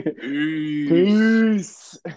Peace